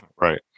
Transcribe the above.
Right